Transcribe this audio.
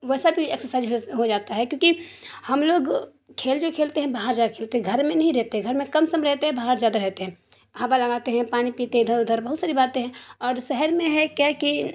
ویسا بھی ایکسرسائز ہو جاتا ہے کیوں کہ ہم لوگ کھیل جو کھیلتے ہیں باہر جا کے کھیلتے ہیں گھر میں نہیں رہتے ہیں گھر میں کم سمے رہتے ہیں باہر زیادہ رہتے ہیں ہوا لگاتے ہیں پانی پیتے ہیں ادھر ادھر بہت ساری باتیں ہیں اور شہر میں ہے کیا کہ